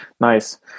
Nice